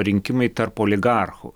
rinkimai tarp oligarchų